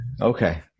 okay